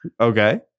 Okay